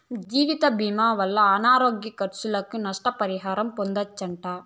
జీవితభీమా వల్ల అనారోగ్య కర్సులకి, నష్ట పరిహారం పొందచ్చట